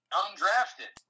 undrafted